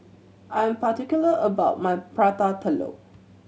I'm particular about my Prata Telur